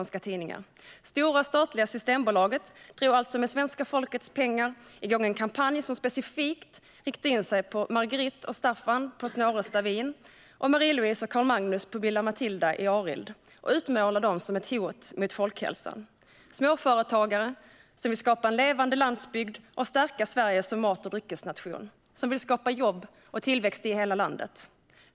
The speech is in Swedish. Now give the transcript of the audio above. Stora och statliga Systembolaget drog alltså med svenska folkets pengar i gång en kampanj som specifikt riktade sig mot Marguerite och Staffan på Snårestad Vin och Marie-Louise och Carl-Magnus på Villa Mathilda i Arild och utmålade dem som ett hot mot folkhälsan - småföretagare som vill skapa en levande landsbygd och stärka Sverige som mat och dryckesnation, som vill skapa jobb och tillväxt i hela landet.